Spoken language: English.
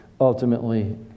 ultimately